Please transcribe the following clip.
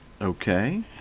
Okay